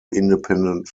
independent